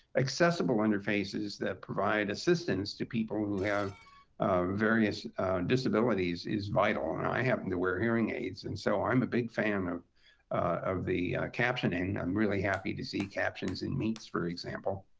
accessible interfaces that provide assistance to people who have various disabilities is vital. and i happen to wear hearing aids. and so, i'm a big fan of of the captioning. i'm really happy to see captions in meet, for example.